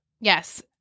Yes